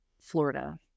Florida